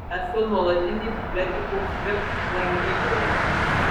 esu nuolatinė bibliotekos vipt lankytoja